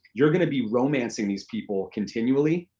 you're gonna be romancing these people continually,